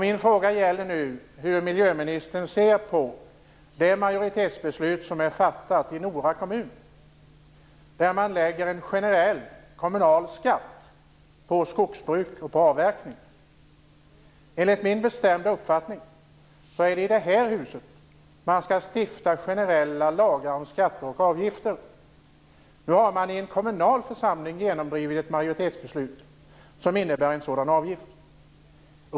Min fråga gäller hur miljöministern ser på det majoritetsbeslut som är fattat i Nora kommun där man lägger en generell kommunal skatt på skogsbruk och på avverkning. Enligt min bestämda uppfattning är det i detta hus som man skall stifta generella lagar om skatter och avgifter. Nu har man i en kommunal församling genomdrivit ett majoritetsbeslut som innebär en sådan avgift.